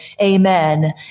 amen